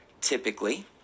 typically